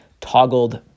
toggled